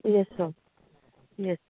yes sir yes